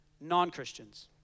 Non-Christians